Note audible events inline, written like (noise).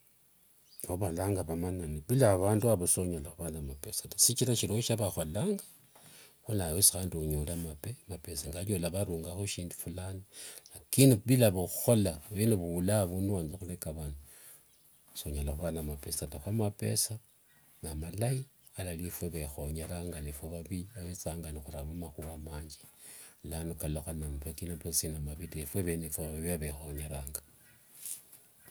Novalanga vamanani, bila vandu avo sonyala khuana mapesa tawe. Shichira shilio shia vakholanga (unintelligible) khilano wesi onyole (hesitation) pesa luolavarungalho shindu fulani nilano. Lakini bila khukhola vene vo ula avundu niwanza khuvareka vandu sonyala khuva ne mapesa taa. Khi mapesa na malai alali efue khwikhonyeranga navavii nikhuethanga nikhuramo makhua manji lano kalorekhana namavi, lakini mapesa sinimavii taa. Efwe vene ni vavi vekhonyeranga. (noise)